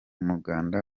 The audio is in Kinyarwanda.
umuganda